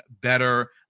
better